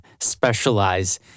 specialize